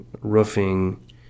roofing